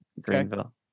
Greenville